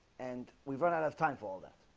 and we've run out of time for all that